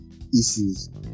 issues